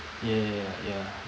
ya ya ya ya